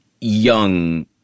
young